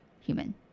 human